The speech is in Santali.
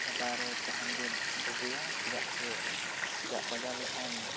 ᱪᱷᱟᱰᱟ ᱨᱮ ᱛᱟᱦᱮᱱ ᱜᱮ ᱵᱩᱜᱤᱭᱟ ᱪᱮᱫᱟᱜ ᱥᱮ ᱡᱟᱜ ᱵᱟᱡᱟᱣ ᱞᱮᱠᱷᱟᱱ